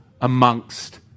amongst